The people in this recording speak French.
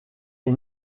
est